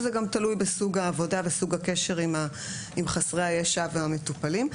וזה גם תלוי בסוג העבודה וסוג הקשר עם חסרי הישע והמטופלים.